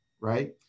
right